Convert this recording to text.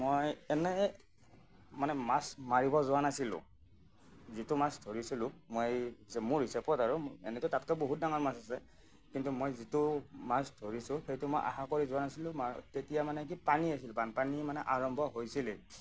মই এনেই মানে মাছ মাৰিব যোৱা নাছিলোঁ যিটো মাছ ধৰিছিলোঁ মই এই যে মোৰ হিচাপত আৰু এনেইতো তাতকৈ বহুত ডাঙৰ মাছ আছে কিন্তু মই যিটো মাছ ধৰিছোঁ সেইটো মই আশা কৰি যোৱা নাছিলোঁ তেতিয়া মানে কি পানী আছিল বানপানী মানে আৰম্ভ হৈছিলেই